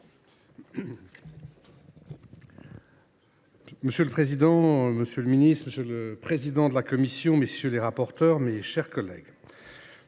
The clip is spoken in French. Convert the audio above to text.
Monsieur le président, monsieur le ministre, monsieur le président de la commission, monsieur le rapporteur, mes chers collègues,